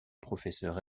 professeurs